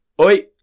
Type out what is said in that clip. oi